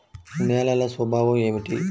నేలల స్వభావం ఏమిటీ?